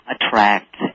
attract